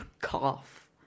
cough